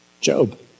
Job